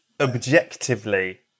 objectively